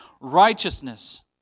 Righteousness